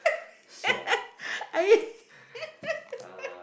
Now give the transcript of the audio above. are you